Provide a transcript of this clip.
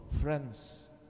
friends